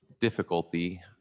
difficulty